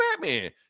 batman